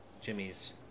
Jimmy's